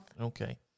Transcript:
Okay